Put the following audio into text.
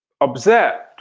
observed